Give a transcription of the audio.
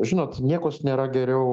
žinot niekus nėra geriau